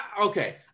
okay